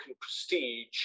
prestige